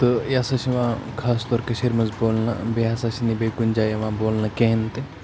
تہٕ یہِ ہَسا چھِ یِوان خاص طور کٔشیٖرِ منٛز بولنہٕ بیٚیہِ ہَسا چھِنہٕ یہِ بیٚیہِ کُنہِ جایہِ یِوان بولنہٕ کِہیٖنۍ تہِ